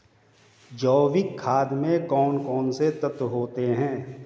जैविक खाद में कौन कौन से तत्व होते हैं?